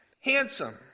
Handsome